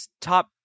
top